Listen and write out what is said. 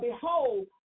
behold